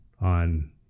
on